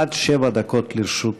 עד שבע דקות לרשות אדוני.